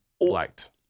liked